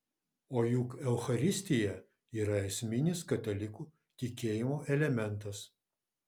o juk eucharistija yra esminis katalikų tikėjimo elementas